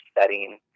setting